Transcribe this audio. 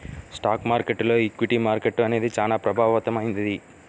stock మార్కెట్టులో equity market అనేది చానా ప్రభావవంతమైంది